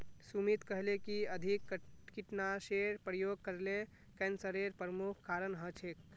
सुमित कहले कि अधिक कीटनाशेर प्रयोग करले कैंसरेर प्रमुख कारण हछेक